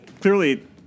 clearly